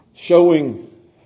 Showing